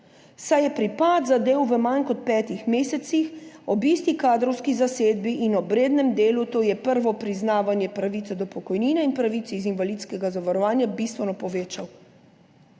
Saj je pripad zadev v manj kot petih mesecih ob isti kadrovski zasedbi in ob rednem delu, to je prvo priznavanje pravice do pokojnine in pravic iz invalidskega zavarovanja, bistveno povečal.